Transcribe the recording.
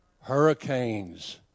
hurricanes